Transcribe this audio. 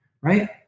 right